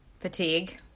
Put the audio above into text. fatigue